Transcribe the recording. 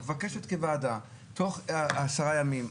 את מבקשת כוועדה תוך עשרה ימים,